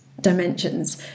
dimensions